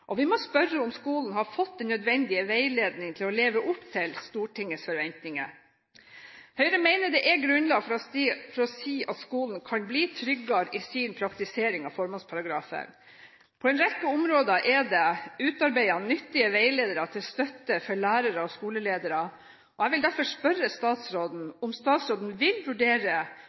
og vi må spørre om skolen har fått den nødvendige veiledning for å leve opp til Stortingets forventninger. Høyre mener det er grunnlag for å si at skolen kan bli tryggere i sin praktisering av formålsparagrafen. På en rekke områder er det utarbeidet nyttige veiledere til støtte for lærere og skoleledere. Jeg vil derfor spørre statsråden om hun vil vurdere